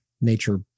nature